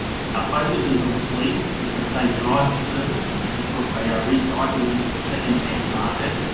our focus is on fleets because they drive the furthest and because they are recycled into the second hand market.